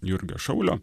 jurgio šaulio